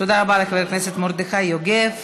תודה רבה לחבר הכנסת מרדכי יוגב.